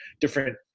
different